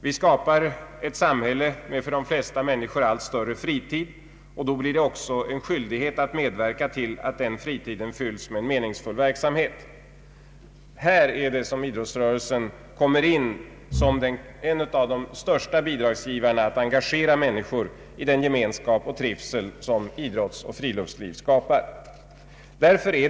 Vi skapar ett samhälle med för de flesta människor allt större fritid, och då har vi också skyldighet att medverka till att fritiden fylls med meningsfull verksamhet. Det är här idrottsrörelsen kommer in som en av de största bidragsgivarna för att engagera människor i den gemenskap och trivsel som idrottsoch friluftsliv skapar.